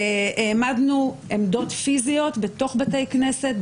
העמדנו עמדות פיזיות בתוך בתי כנסת,